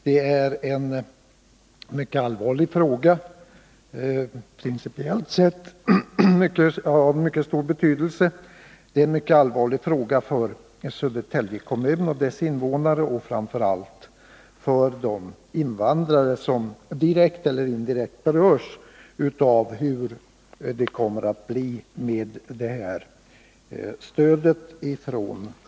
Det gäller en mycket allvarlig fråga, och principiellt sett är den av mycket stor betydelse för Södertälje kommun och dess invånare och framför allt för de invandrare som direkt eller indirekt berörs av hur regeringen bedömer det här stödet.